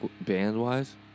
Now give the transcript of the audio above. band-wise